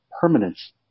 permanence